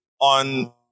on